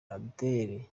adele